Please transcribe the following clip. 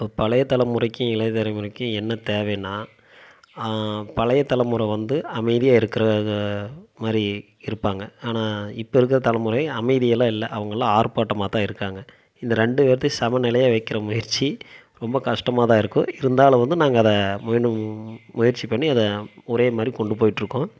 இப்போ பழையை தலைமுறைக்கும் இளையை தலைமுறைக்கும் என்ன தேவைன்னா பழையை தலை முறை வந்து அமைதியாக இருக்கிற மாதிரி இருப்பாங்க ஆனால் இப்போ இருக்கிற தலைமுறை அமைதியெல்லாம் இல்லை அவங்கெல்லாம் ஆர்ப்பாட்டமாக தான் இருக்காங்க இந்த ரெண்டு பேர்த்தையும் சமநிலையாக வைக்கிற முயற்சி ரொம்ப கஷ்ட்டமாக தான் இருக்கும் இருந்தாலும் வந்து நாங்கள் அதை மேலும் முயற்சி பண்ணி அதை ஒரே மாதிரி கொண்டு போயிட்டுருக்கோம்